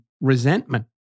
resentment